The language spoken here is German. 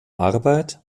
arbeit